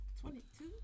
twenty-two